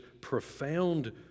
profound